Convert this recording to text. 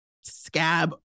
scab